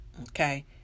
Okay